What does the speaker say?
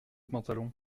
pantalon